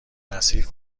مسیر